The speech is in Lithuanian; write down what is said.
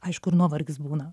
aišku ir nuovargis būna